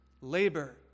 Labor